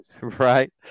right